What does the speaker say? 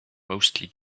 mostly